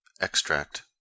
Extract